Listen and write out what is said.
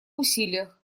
усилиях